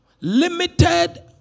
limited